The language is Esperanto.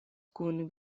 kun